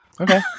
Okay